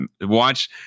Watch